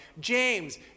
James